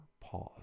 Pause